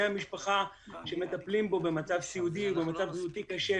המשפחה שמטפלים בו במצב סיעודי או במצב מספיק קשה,